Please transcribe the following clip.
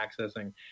accessing